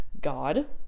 God